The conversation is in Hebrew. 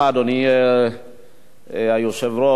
אדוני היושב-ראש,